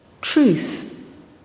truth